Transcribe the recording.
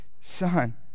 son